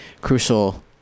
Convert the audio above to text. crucial